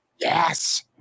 yes